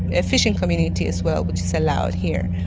a fishing community as well, which is allowed here,